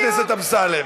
חבר הכנסת אמסלם.